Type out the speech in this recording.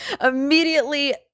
immediately